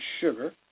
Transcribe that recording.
sugar